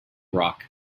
rock